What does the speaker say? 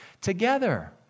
together